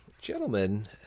Gentlemen